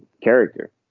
character